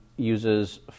uses